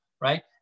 right